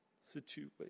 Situation